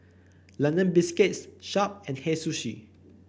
London Biscuits Sharp and Hei Sushi